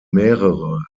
mehrere